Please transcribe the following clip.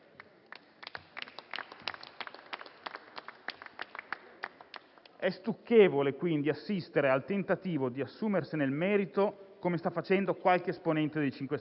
stucchevole assistere al tentativo di assumersene il merito, come sta facendo qualche esponente dei 5 Stelle.